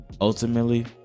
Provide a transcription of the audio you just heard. ultimately